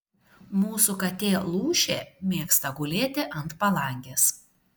mūsų katė lūšė mėgsta gulėti ant palangės